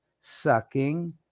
sucking